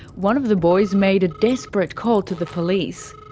one of the boys made a desperate call to the police.